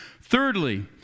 thirdly